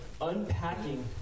unpacking